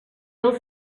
els